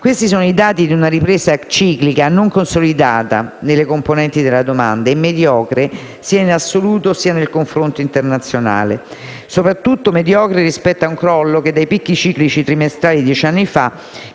«Questi sono i dati di una ripresa ciclica non consolidata nelle componenti della domanda, e mediocre, sia in assoluto sia nel confronto internazionale. Soprattutto, mediocre rispetto a un crollo che dai picchi ciclici trimestrali di dieci anni fa